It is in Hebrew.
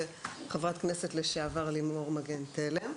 וחברת הכנסת לשעבר לימור מגן תלם.